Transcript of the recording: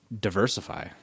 diversify